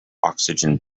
oxygen